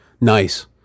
nice